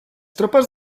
tropas